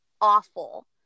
awful